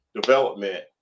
development